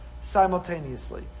simultaneously